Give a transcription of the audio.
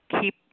keep